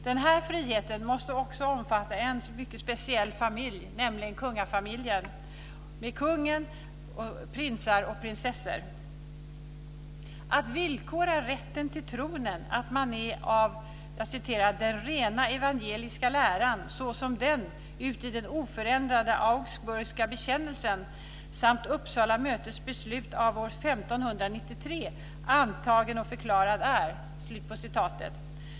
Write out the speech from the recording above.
Denna frihet måste också omfatta en mycket speciell familj, nämligen kungafamiljen med kungen, prinsar och prinsessor. Rätten till tronen villkoras med att kungen ska vara Uppsala mötes beslut av år 1593, antagen och förklarad är".